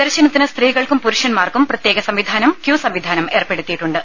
ദർശനത്തിനായി സ്ത്രീകൾക്കും പുരുഷന്മാർക്കും പ്രത്യേക ക്യൂ സംവിധാനം ഏർപ്പെടുത്തിയിട്ടുണ്ട്